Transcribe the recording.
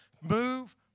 Move